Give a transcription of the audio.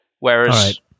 Whereas